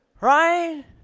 Right